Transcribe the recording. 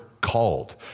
called